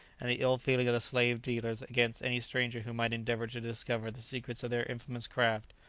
and the ill-feeling of the slave-dealers against any stranger who might endeavour to discover the secrets of their infamous craft,